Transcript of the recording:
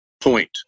Point